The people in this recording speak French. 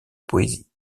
poésie